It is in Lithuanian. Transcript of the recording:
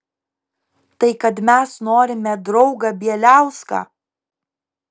tai kad mes norime draugą bieliauską